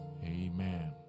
Amen